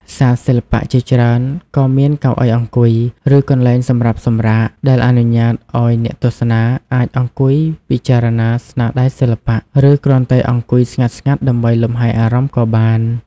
សាលសិល្បៈជាច្រើនក៏មានកៅអីអង្គុយ ឬកន្លែងសម្រាប់សម្រាក ដែលអនុញ្ញាតឲ្យអ្នកទស្សនាអាចអង្គុយពិចារណាស្នាដៃសិល្បៈ ឬគ្រាន់តែអង្គុយស្ងាត់ៗដើម្បីលំហែអារម្មណ៍ក៏បាន។